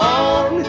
on